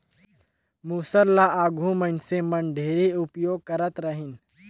मूसर ल आघु मइनसे मन ढेरे उपियोग करत रहिन